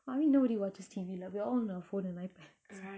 but I mean nobody watches T_V lah we are all on our phone and ipads